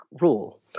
rule